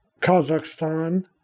Kazakhstan